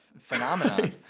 phenomenon